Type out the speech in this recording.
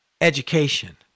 education